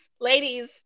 ladies